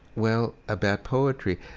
well, about poetry,